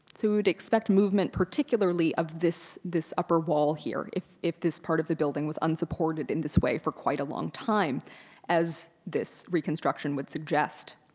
would expect movement particularly of this this upper wall here if if this part of the building was unsupported in this way for quite a long time as this reconstruction would suggest.